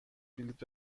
بلیط